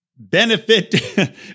benefit